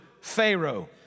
Pharaoh